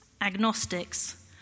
agnostics